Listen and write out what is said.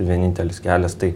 vienintelis kelias tai